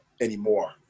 anymore